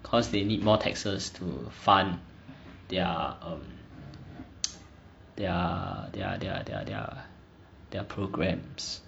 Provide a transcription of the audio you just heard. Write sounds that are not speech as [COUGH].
cause they need more taxes to fund their um [NOISE] their their their their their their programs